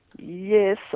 Yes